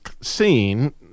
scene